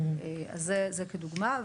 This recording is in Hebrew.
אז זה כדוגמה.